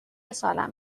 سالم